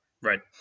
Right